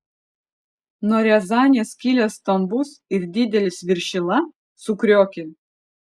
nuo riazanės kilęs stambus ir didelis viršila sukriokė